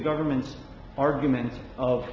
government's argument of